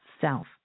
self